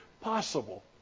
possible